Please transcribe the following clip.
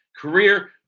career